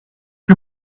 que